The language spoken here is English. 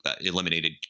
eliminated